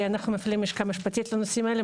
אנחנו מפעילים לשכה משפטית לנושאים האלה.